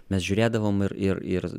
mes žiūrėdavom ir ir ir